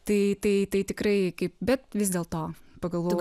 tai tai tai tikrai kaip bet vis dėlto pagalvojau